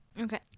Okay